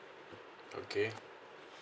okay